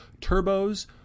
Turbos